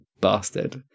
bastard